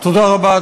תודה רבה.